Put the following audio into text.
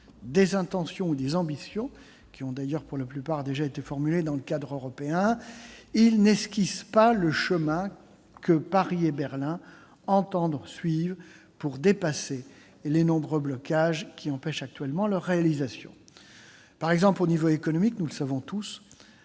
des intentions ou des ambitions, qui ont d'ailleurs pour la plupart déjà été formulés dans le cadre européen, il n'esquisse pas le chemin que Paris et Berlin entendent suivre pour dépasser les nombreux blocages qui empêchent actuellement leur réalisation. C'est le cas en matière économique. Nous le savons tous,